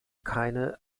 keine